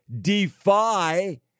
defy